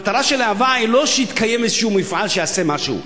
המטרה של להב"ה היא לא שיתקיים איזה מפעל שיעשה משהו.